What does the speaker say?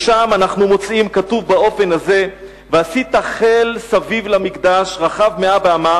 שם אנחנו מוצאים כתוב באופן הזה: "ועשית חיל סביב למקדש רחב מאה באמה